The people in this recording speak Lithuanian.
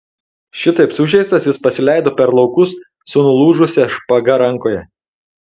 šitaip sužeistas jis pasileido per laukus su nulūžusia špaga rankoje